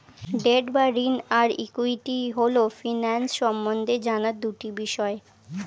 date বা ঋণ আর ইক্যুইটি হল ফিন্যান্স সম্বন্ধে জানার দুটি বিষয়